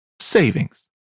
savings